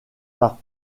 par